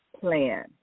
Plan